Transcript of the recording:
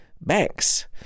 Banks